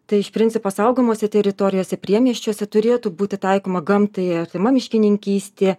tai iš principo saugomose teritorijose priemiesčiuose turėtų būti taikoma gamtai artima miškininkystė